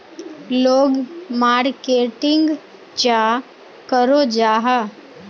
लोग मार्केटिंग चाँ करो जाहा?